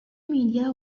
media